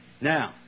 Now